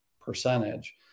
percentage